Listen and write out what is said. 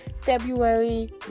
February